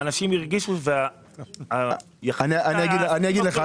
אנשים הרגישו ויחסית --- אני אגיד לך.